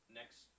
next